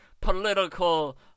political